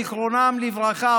זיכרונם לברכה,